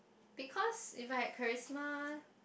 because if I had charisma